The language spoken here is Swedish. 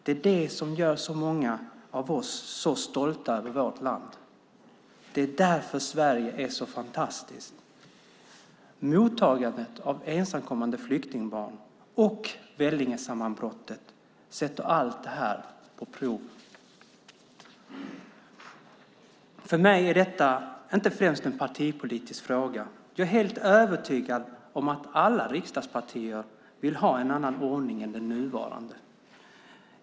Det är det som gör så många av oss så stolta över vårt land. Det är därför Sverige är så fantastiskt. Mottagandet av ensamkommande flyktingbarn och Vellingesammanbrottet sätter allt det här på prov. För mig är detta inte främst en partipolitisk fråga. Jag är helt övertygad om att alla riksdagspartier vill ha en annan ordning än den nuvarande.